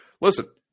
listen